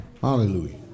Hallelujah